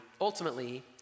ultimately